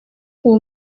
uwo